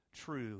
true